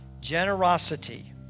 generosity